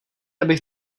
abych